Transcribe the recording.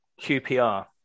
QPR